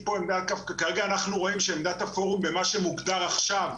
כרגע אנחנו רואים שעמדת הפורום במה שמוגדר עכשיו,